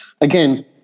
again